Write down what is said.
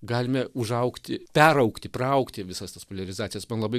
galime užaugti peraugti praaugti visas tas poliarizacijas man labai